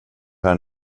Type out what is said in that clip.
här